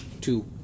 Two